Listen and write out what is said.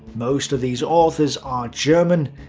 most of these authors are german,